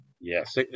Yes